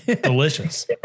Delicious